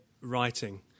writing